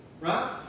right